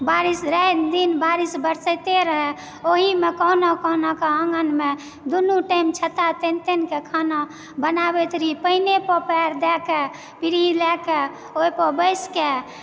बारिश राति दिन बारिश बरसैते रहै ओहिमे कोहुना कोहुना के आँगन मे दुनू टाइम छत्ता तानि तानि के खाना बनाबैत रहि पानि पर पैर दयके पीढ़ी लऽ के ओहिपर बैस कऽ